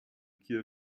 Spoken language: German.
gier